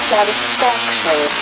Satisfaction